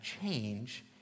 change